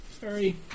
Sorry